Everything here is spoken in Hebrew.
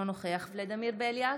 אינו נוכח ולדימיר בליאק,